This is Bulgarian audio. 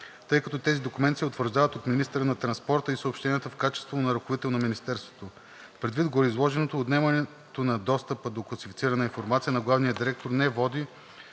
тъй като тези документи се утвърждават от министъра на транспорта и съобщенията в качеството му на ръководител на Министерството. Предвид гореизложеното, отнемането на достъпа до класифицирана информация на главния директор не води